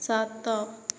ସାତ